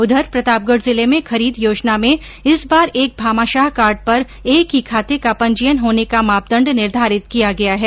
उधर प्रतापगढ़ जिले में खरीद योजना में इस बार एक भामाशाह कार्ड पर एक ही खाते का पंजीयन होने का मापदंड निर्धारित किया गया है